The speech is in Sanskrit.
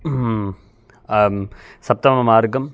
सप्तममार्गम्